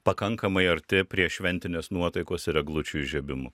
pakankamai arti prie šventinės nuotaikos ir eglučių įžiebimų